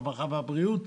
הרווחה והבריאות.